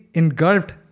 engulfed